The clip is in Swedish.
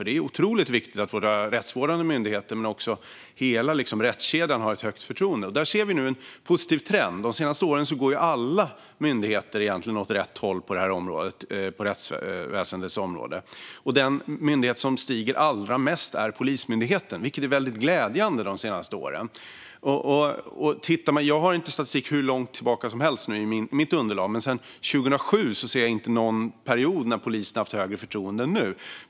Det är otroligt viktigt att våra rättsvårdande myndigheter och hela rättskedjan har ett högt förtroende. Där ser vi nu en positiv trend. De senaste åren går egentligen utvecklingen för alla myndigheter på rättsväsendets område åt rätt håll, och den myndighet där förtroendet stiger allra mest är Polismyndigheten. Det är väldigt glädjande. I mitt underlag har jag inte statistik som går hur långt tillbaka som helst, men sedan 2007 ser jag inte någon period då polisen har haft högre förtroende än nu.